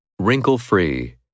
Wrinkle-free